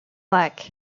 black